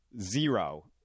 zero